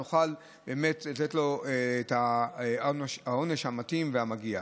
נוכל באמת לתת לו את העונש המתאים והמגיע.